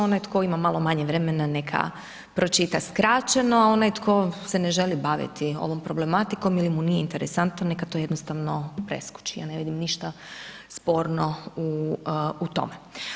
Onaj tko ima malo manje vremena neka pročita skraćeno, a onaj tko se ne želi baviti ovom problematikom ili mu nije interesantno, neka to jednostavno preskoči, ja ne vidim ništa sporno u tome.